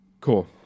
Cool